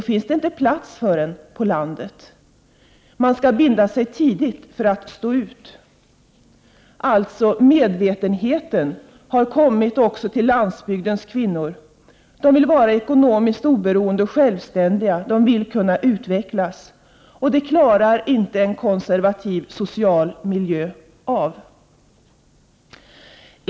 Man skall alltså binda sig tidigt för att stå ut. Medvetenheten har således kommit också till landsbygdens kvinnor. De vill vara ekonomiskt oberoende och självständiga, och de vill kunna utvecklas. Det klarar inte en konservativ social miljö.